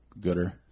Gooder